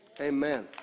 Amen